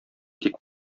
тик